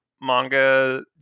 manga